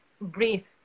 breathe